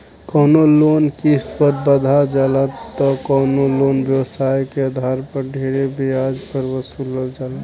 कवनो लोन किस्त पर बंधा जाला त कवनो लोन व्यवसाय के आधार पर ढेरे ब्याज पर वसूलल जाला